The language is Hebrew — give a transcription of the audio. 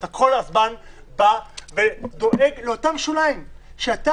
אתה כל הזמן בא ודואג לאותם שוליים שאתה